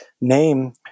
name